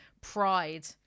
pride